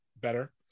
better